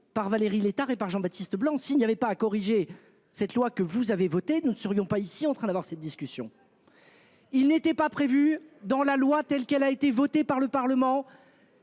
par Valérie Létard et Jean-Baptiste Blanc. S'il n'y avait pas à corriger la loi que vous avez votée, nous ne serions pas en train d'avoir cette discussion ici ! Ainsi, il n'était pas prévu, dans la loi telle qu'elle a été votée par le Parlement,